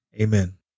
Amen